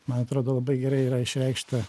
man atrodo labai gerai yra išreikšta